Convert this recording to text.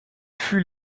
fut